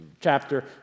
chapter